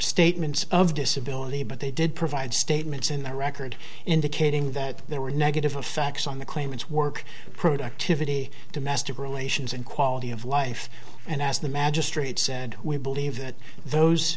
statements of disability but they did provide statements in the record indicating that there were negative effects on the claimants work productivity domestic relations and quality of life and as the magistrate said we believe that those